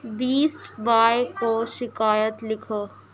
best Buy کو شکایت لکھو